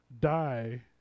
die